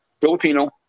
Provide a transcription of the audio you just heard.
Filipino